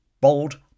bold